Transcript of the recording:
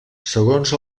segons